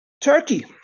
Turkey